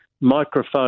microphone